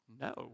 no